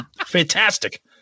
fantastic